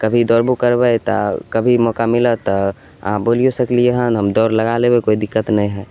कभी दौड़बो करबै तऽ कभी मौका मिलत तऽ अहाँ बोलिऔ सकलिए हँ हम दौड़ लगा लेबै कोइ दिक्कत नहि हइ